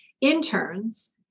interns